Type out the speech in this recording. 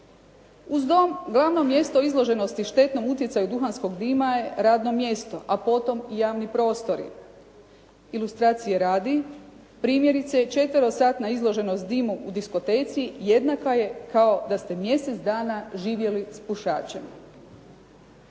Uz dom, glavno mjesto izloženosti štetnom utjecaju duhanskog dima je radno mjesto, a potom i javni prostori. Ilustracije radi, primjerice četverosatna izloženost dimu u diskoteci jednaka je kao da ste mjesec dana živjeli s pušačem.